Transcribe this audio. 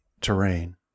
terrain